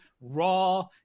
Raw